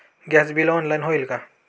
Gas bill online होईल का?